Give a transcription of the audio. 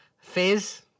Fizz